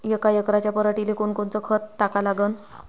यका एकराच्या पराटीले कोनकोनचं खत टाका लागन?